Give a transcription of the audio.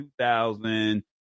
2000